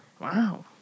Wow